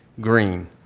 green